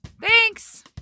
Thanks